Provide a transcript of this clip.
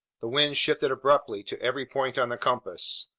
the wind shifted abruptly to every point on the compass.